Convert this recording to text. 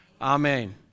Amen